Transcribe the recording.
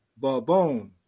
Barbone